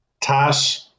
Tash